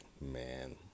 man